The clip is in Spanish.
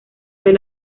del